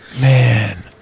Man